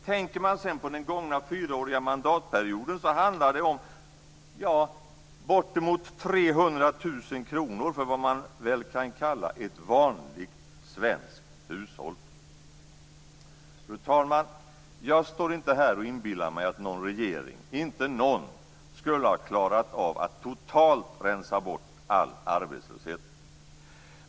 Tänker man sedan på den gångna fyraåriga mandatperioden handlar det om bortemot 300 000 kr för vad man väl kan kalla ett vanligt svenskt hushåll. Jag står inte här och inbillar mig att någon regering skulle ha klarat av att totalt rensa bort all arbetslöshet.